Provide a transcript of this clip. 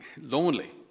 lonely